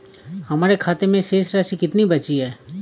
हमारे खाते में शेष राशि कितनी बची है?